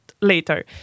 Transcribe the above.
later